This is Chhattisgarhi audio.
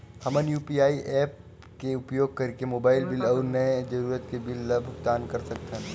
हमन मन यू.पी.आई ऐप्स के उपयोग करिके मोबाइल बिल अऊ अन्य जरूरत के बिल ल भुगतान कर सकथन